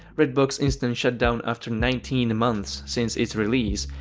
redbox instant shut down after nineteen months since its release,